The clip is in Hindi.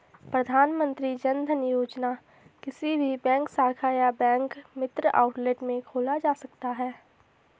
प्रधानमंत्री जनधन योजना किसी भी बैंक शाखा या बैंक मित्र आउटलेट में खोला जा सकता है